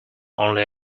only